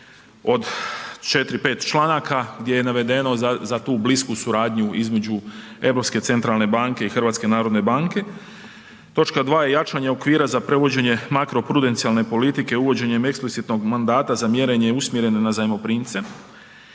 od 4-5 članaka gdje je navedeno za tu blisku suradnju između Europske centralne banke i HNB-a. Točka 2. je jačanje okvira za prevođenje makro prudencijalne politike uvođenjem eksplicitnog mandata za mjerenje usmjerene na zajmoprimce.